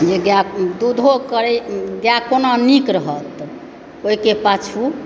जे गै दूधो करै जे गाय कोना नीक रहत ओहिके पाछूँ